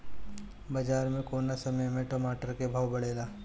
बाजार मे कौना समय मे टमाटर के भाव बढ़ेले?